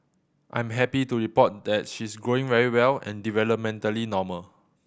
I'm happy to report that she's growing very well and developmentally normal